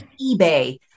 eBay